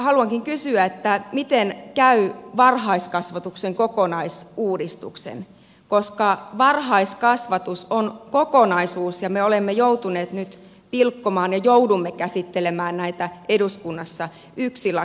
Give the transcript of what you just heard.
haluankin kysyä miten käy varhaiskasvatuksen kokonaisuudistuksen koska varhaiskasvatus on kokonaisuus ja me olemme joutuneet nyt pilkkomaan ja joudumme käsittelemään näitä eduskunnassa yksi laki kerrallaan